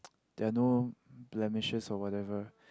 there're no blemishes or whatever